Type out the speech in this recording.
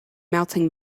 melting